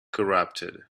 corrupted